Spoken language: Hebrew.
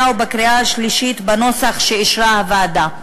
ובקריאה שלישית בנוסח שאישרה הוועדה.